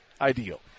ideal